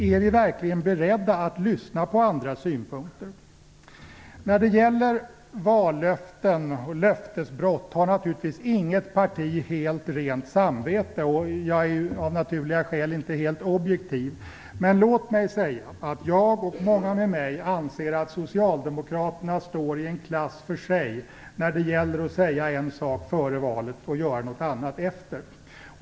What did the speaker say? Är vi verkligen beredda att lyssna på andras synpunkter? När det gäller vallöften och löftesbrott har givetvis inget parti helt rent samvete. Jag är av naturliga skäl inte helt objektiv. Men jag och många med mig anser att Socialdemokraterna står i en klass för sig när det gäller att säga en sak före valet och att göra något annat efter.